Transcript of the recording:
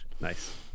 Nice